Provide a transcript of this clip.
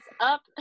up